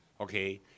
Okay